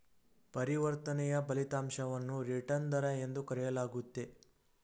ಪರಿವರ್ತನೆಯ ಫಲಿತಾಂಶವನ್ನು ರಿಟರ್ನ್ ದರ ಎಂದು ಕರೆಯಲಾಗುತ್ತೆ